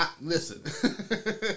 Listen